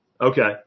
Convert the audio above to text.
Okay